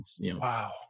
Wow